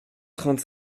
trente